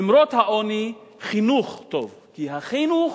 למרות העוני, חינוך טוב, כי החינוך